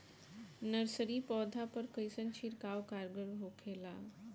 Nursery पौधा पर कइसन छिड़काव कारगर होखेला?